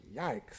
Yikes